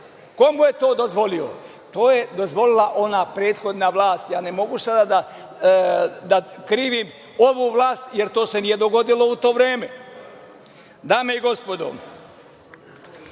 Ko mu je to dozvolio? To je dozvolila ona prethodna vlast. Ne mogu sada da krivim ovu vlast jer to se nije dogodilo u to vreme. Dame i gospodo,